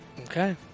Okay